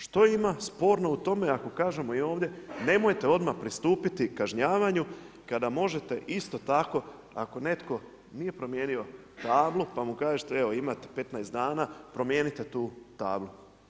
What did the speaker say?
Što ima sporno u tome ako kažemo i ovdje, nemojte odmah pristupiti kao kažnjavanju kada možete isto tako ako netko nije promijenio tablu pa mu kažete evo imate 15 dana, promijenite tu tablu.